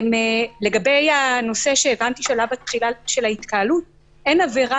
לגבי הנושא של ההתקהלות אין עבירה